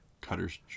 cutters